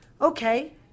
Okay